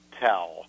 tell